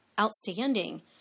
outstanding